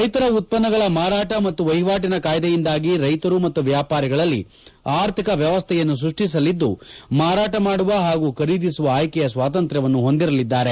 ರೈತರ ಉತ್ಪನ್ನಗಳ ಮಾರಾಟ ಮತ್ತು ವಹಿವಾಟಿನ ಕಾಯ್ದೆಯಿಂದಾಗಿ ರೈತರು ಮತ್ತು ವ್ಯಾಪಾರಿಗಳಲ್ಲಿ ಆರ್ಥಿಕ ವ್ಯವಸ್ಥೆಯನ್ನು ಸ್ಪಷ್ಟಿಸಲಿದ್ದು ಮಾರಾಟ ಮಾಡುವ ಹಾಗೂ ಖರೀದಿಸುವ ಆಯ್ಕೆಯ ಸ್ವಾತಂತ್ರ್ವವನ್ನು ಹೊಂದಿರಲಿದ್ದಾರೆ